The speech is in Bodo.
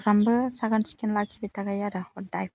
सामफ्रामबो साखोन सिखोन लाखिबाय थाखायो आरो हध्धाय